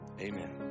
Amen